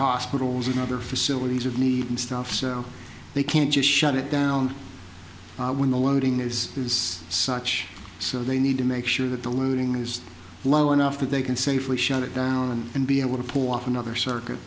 hospitals and other facilities of need and stuff so they can't just shut it down when the loading is is such so they need to make sure that the loading is low enough that they can safely shut it down and be able to pull off another circuit